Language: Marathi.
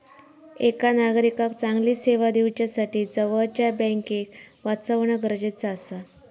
एका नागरिकाक चांगली सेवा दिवच्यासाठी जवळच्या बँकेक वाचवणा गरजेचा आसा